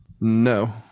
no